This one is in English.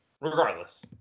Regardless